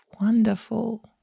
wonderful